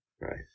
Right